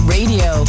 Radio